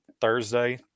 Thursday